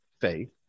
faith